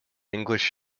english